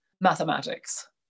mathematics